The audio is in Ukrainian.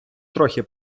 трохи